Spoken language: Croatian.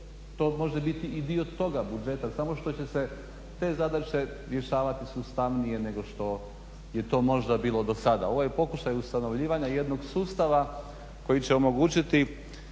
To može biti i dio toga budžeta samo što će se te zadaće rješavati sustavnije nego što je to možda bilo do sada. ovaj pokušaj ustanovljivanja jednog sustava koji će omogućiti